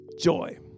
Joy